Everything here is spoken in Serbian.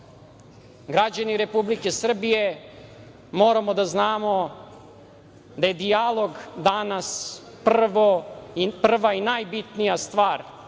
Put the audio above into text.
Republike Srbije, moramo da znamo da je dijalog danas prva i najbitnija stvar,